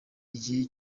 igihe